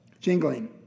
jingling